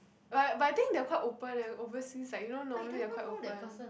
but but I think they are quite open leh overseas like you know normally they are quite open